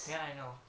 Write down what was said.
ya I know